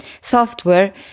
software